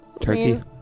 Turkey